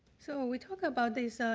so we talk about this,